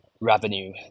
revenue